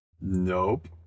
nope